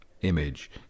image